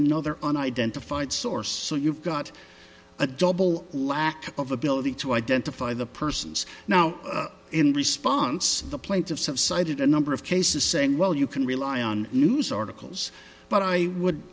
another unidentified source so you've got a double lack of ability to identify the person's now in response the plaintiffs have cited a number of cases saying well you can rely on news articles but i would